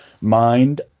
Mind